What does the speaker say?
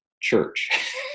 church